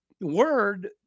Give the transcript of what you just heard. word